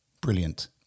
brilliant